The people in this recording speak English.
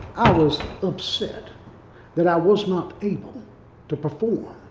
was upset that i was not able to preform.